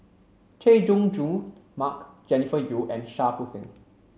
Chay Jung Jun Mark Jennifer Yeo and Shah Hussain